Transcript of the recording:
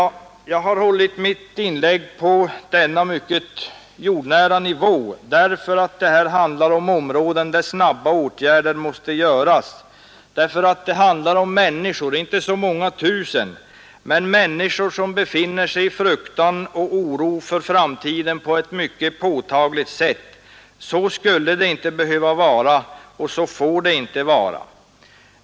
Jag har hållit mitt inlägg på denna mycket jordnära nivå därför att det här handlar om områden där snabba åtgärder bör vidtas, därför att det handlar om människor, inte så många tusen, men människor som känner fruktan och oro för framtiden på ett mycket påtagligt sätt. Så skulle det inte behöva vara och så får det inte vara.